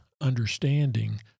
understanding